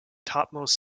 topmost